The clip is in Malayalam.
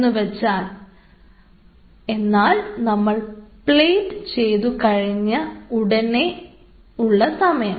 എന്നുവെച്ചാൽ നമ്മൾ പ്ലേറ്റ് ചെയ്തു കഴിഞ്ഞ ഉടനെയുള്ള സമയം